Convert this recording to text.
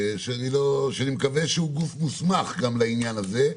שאני מקווה שהוא גוף מוסמך גם לעניין הזה,